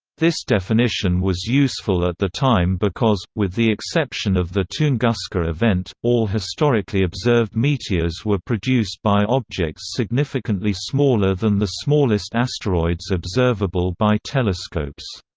this definition was useful at the time because, with the exception of the tunguska event, all historically observed meteors were produced by objects significantly smaller than the smallest asteroids observable by telescopes.